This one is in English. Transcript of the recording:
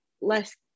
less